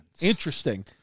Interesting